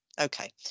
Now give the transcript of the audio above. Okay